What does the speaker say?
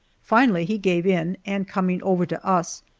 finally he gave in, and coming over to us,